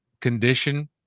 condition